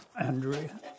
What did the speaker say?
Andrea